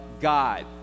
God